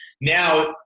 now